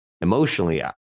emotionally